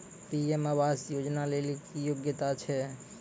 PM आवास योजना लेली की योग्यता छै?